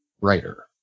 writer